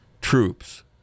troops